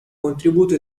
contributo